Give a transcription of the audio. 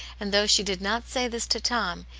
and though she did not say this to tom,